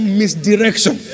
misdirection